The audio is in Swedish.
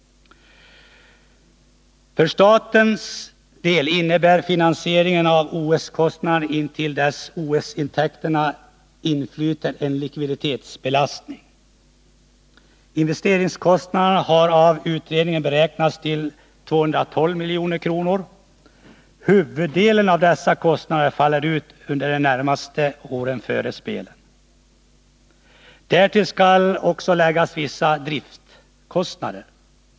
För statens del innebär finansieringen av vinterspelen en likviditetsbelastning intill dess OS-intäkterna inflyter. Investeringskostnaderna har av utredningen beräknats till 212 milj.kr. Huvuddelen av dessa kostnader faller ut under åren närmast före spelen. Därtill skall också läggas vissa driftkostnader.